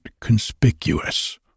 conspicuous